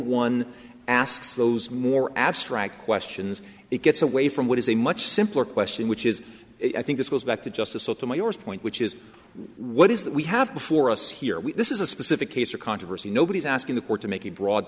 one asks those more abstract questions it gets away from what is a much simpler question which is i think this goes back to justice sotomayor is point which is what is that we have before us here we this is a specific case or controversy nobody's asking the court to make a bro